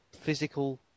physical